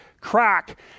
crack